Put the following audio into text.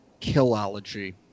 Killology